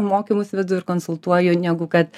mokymus vedu ir konsultuoju negu kad